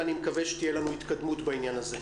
ואני מקווה שתהיה לנו התקדמות בעניין הזה.